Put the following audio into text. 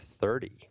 Thirty